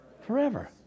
Forever